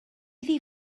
iddi